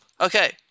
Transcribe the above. Okay